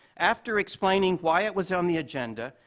after explaining why it was on the agenda,